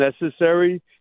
necessary